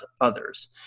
others